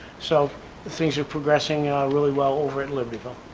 so things are progressing really well over in libertyville.